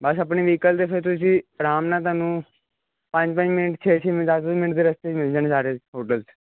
ਬਸ ਆਪਣੇ ਵਹੀਕਲ 'ਤੇ ਫਿਰ ਤੁਸੀਂ ਆਰਾਮ ਨਾਲ ਤੁਹਾਨੂੰ ਪੰਜ ਪੰਜ ਮਿੰਟ ਛੇ ਛੇ ਮਿੰਟ ਦਸ ਦਸ ਮਿੰਟ ਦੇ ਰਸਤੇ 'ਚ ਮਿਲ ਜਾਣੇ ਸਾਰੇ ਹੋਟਲ